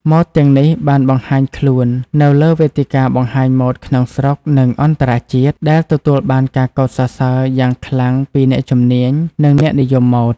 ម៉ូដទាំងនេះបានបង្ហាញខ្លួននៅលើវេទិកាបង្ហាញម៉ូដក្នុងស្រុក និងអន្តរជាតិ ដែលទទួលបានការកោតសរសើរយ៉ាងខ្លាំងពីអ្នកជំនាញ និងអ្នកនិយមម៉ូដ។